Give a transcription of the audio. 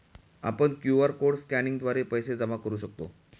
आपण QR code स्कॅनिंगद्वारे पैसे जमा करू शकतो